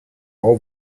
all